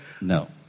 No